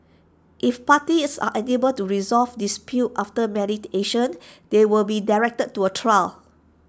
if parties are unable to resolve disputes after mediation they will be directed to A trial